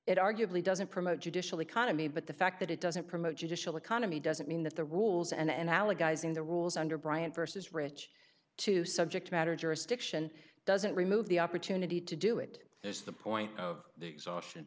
it arguably doesn't promote judicial economy but the fact that it doesn't promote judicial economy doesn't mean that the rules and allegorize in the rules under brian versus rich to subject matter jurisdiction doesn't remove the opportunity to do it is the point of exhaust